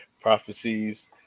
prophecies